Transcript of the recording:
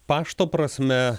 pašto prasme